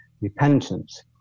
repentance